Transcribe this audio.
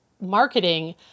marketing